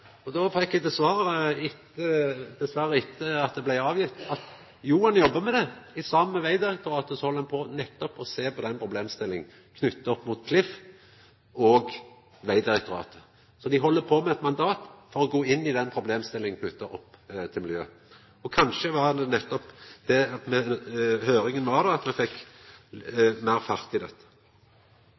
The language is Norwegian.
det. Då fekk eg til svar, dessverre etter at innstillinga var lagd fram, at ein jobbar med det. Saman med Vegdirektoratet held ein nettopp på med å sjå på den problemstillinga knytt opp mot Klima- og forurensningsdirektoratet, Klif, og Vegdirektoratet. Dei held på med eit mandat for å gå inn i den problemstillinga knytt opp mot miljø. Kanskje var det nettopp på grunn av høyringa at me fekk meir fart i dette.